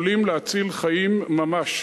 יכולים להציל חיים ממש.